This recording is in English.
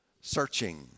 searching